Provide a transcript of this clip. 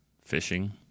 fishing